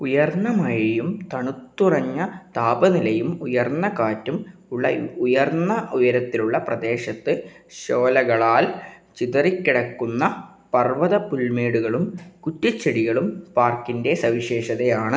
ഉയർന്ന മഴയും തണുത്തുറഞ്ഞ താപനിലയും ഉയർന്ന കാറ്റും ഉള്ള ഉയർന്ന ഉയരത്തിലുള്ള പ്രദേശത്ത് ഷോലകളാൽ ചിതറിക്കിടക്കുന്ന പർവ്വതം പുൽമേടുകളും കുറ്റിച്ചെടികളും പാർക്കിൻ്റെ സവിശേഷതയാണ്